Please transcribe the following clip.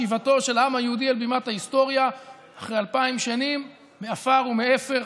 בשיבתו של העם היהודי אל בימת ההיסטוריה אחרי אלפיים שנים מעפר ומאפר.